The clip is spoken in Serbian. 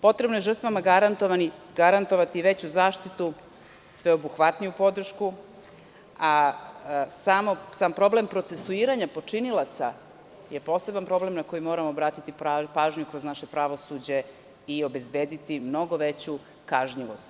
Potrebno je žrtvama garantovati veću zaštitu, sveobuhvatniju podršku, a sam problem procesuiranja počinilaca je poseban problem na koji moramo obratiti pažnju kroz naše pravosuđe i obezbediti mnogo veću kažnjivost.